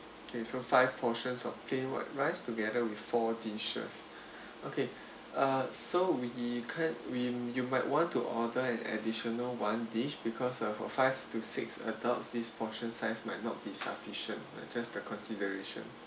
okay so five portions of plain white rice together with four dishes okay uh so we can't we you might want to order an additional one dish because uh for five to six adults this portion size might not be sufficient but just the consideration